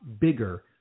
bigger